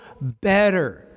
better